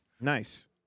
Nice